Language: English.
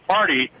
Party